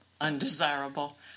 undesirable